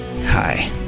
hi